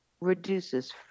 reduces